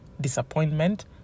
disappointment